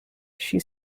she